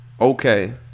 okay